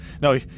No